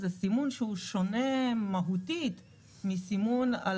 זה סימון שהוא שונה מהותית מסימון על